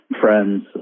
friends